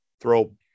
throw